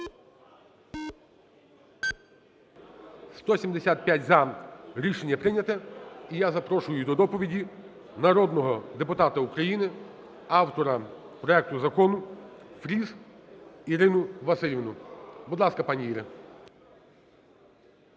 175 – за. Рішення прийняте. І я запрошую до доповіді народного депутата України, автора проекту закону Фріз Ірину Василівну. Будь ласка, пані Іра.